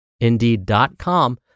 indeed.com